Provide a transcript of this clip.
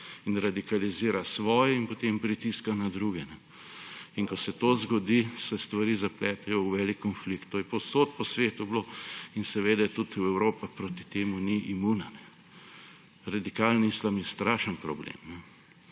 in radikalizira svoje in potem pritiska na druge in ko se to zgodi, se stvari zapletejo v velik konflikt. To je povsod po svetu bilo in seveda tudi Evropa proti temu ni imuna. Radikalni islam je strašen problem.